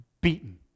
beaten